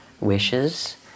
wishes